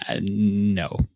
No